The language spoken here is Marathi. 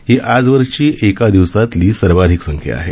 ही आजवरची एका दिवसातली सर्वाधिक संख्या आहे